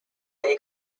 they